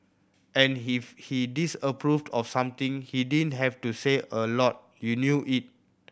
and if he disapproved of something he didn't have to say a lot you knew it